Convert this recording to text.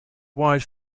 wide